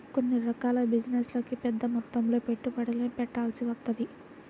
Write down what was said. కొన్ని రకాల బిజినెస్లకి పెద్దమొత్తంలో పెట్టుబడుల్ని పెట్టాల్సి వత్తది